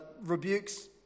rebukes